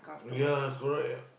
ya correct ah